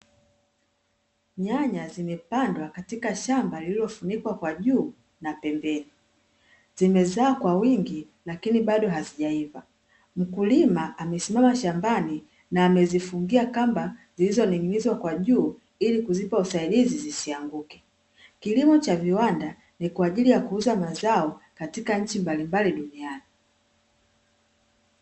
Nyanya zimepandwa katika shamba lililo funikwa kwa juu na pembeni, zimezaa kwa wingi lakini bado hazija iva, mkulima amesimama shambani na amezifungia kamba zilizo nin’ginizwa kwa juu ili kuzipa usaidizi zisianguke, kilimo cha viwanda ni kwa ajili ya kuuza mazao katika nchi mbali mbali duniani.